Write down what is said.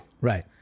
Right